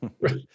Right